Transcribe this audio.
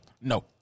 No